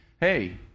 hey